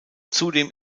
zudem